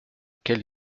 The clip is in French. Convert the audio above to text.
quelle